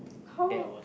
how